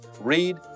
read